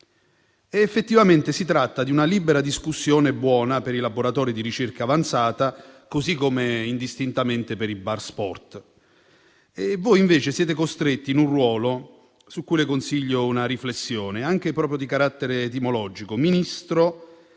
Effettivamente, si tratta di una libera discussione buona per i laboratori di ricerca avanzata, così come indistintamente per i bar sport. Voi invece siete costretti in un ruolo su cui le consiglio una riflessione, anche di carattere etimologico. Ministro